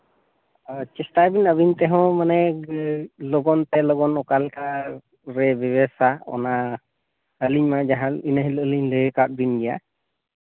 ᱟᱨ ᱪᱮᱥᱴᱟᱭ ᱵᱤᱱ ᱟᱹᱵᱤᱱ ᱛᱮᱦᱚᱸ ᱢᱟᱱᱮ ᱞᱚᱜᱚᱱ ᱛᱮ ᱞᱚᱜᱚᱱ ᱚᱠᱟ ᱞᱮᱠᱟ ᱨᱮ ᱵᱮᱵᱮᱥᱟ ᱚᱱᱟ ᱟᱹᱞᱤᱧ ᱢᱟ ᱡᱟᱦᱟᱸ ᱤᱱᱟᱹ ᱦᱤᱞᱳᱜ ᱞᱤᱧ ᱞᱟᱹᱭ ᱠᱟᱜ ᱵᱤᱱ ᱜᱮᱭᱟ